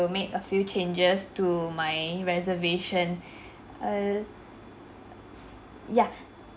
make a few changes to my reservation err ya